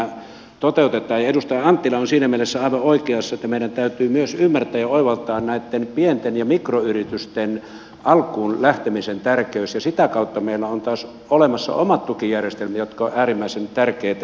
edustaja anttila on siinä mielessä aivan oikeassa että meidän täytyy myös ymmärtää ja oivaltaa näitten pienten ja mikroyritysten alkuun lähtemisen tärkeys ja sitä kautta meillä ovat taas olemassa omat tukijärjestelmät jotka ovat äärimmäisen tärkeitä